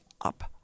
up